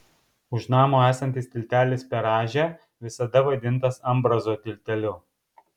už namo esantis tiltelis per rąžę visada vadintas ambrazo tilteliu